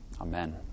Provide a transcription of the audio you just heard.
Amen